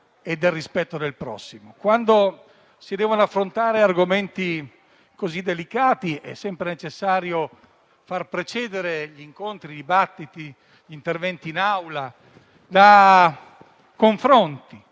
Quando si devono affrontare argomenti così delicati, è sempre necessario far precedere gli incontri, i dibattiti, gli interventi in Aula da confronti,